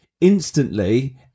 instantly